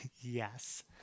Yes